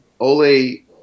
Ole